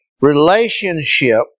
relationship